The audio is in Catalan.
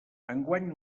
enguany